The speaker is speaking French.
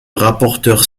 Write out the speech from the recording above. rapporteur